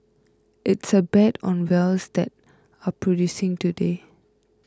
it's a bet on wells that are producing today